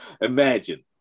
imagine